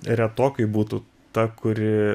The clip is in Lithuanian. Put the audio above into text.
retokai būtų ta kuri